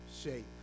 shape